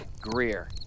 Greer